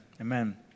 Amen